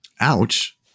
Ouch